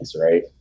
right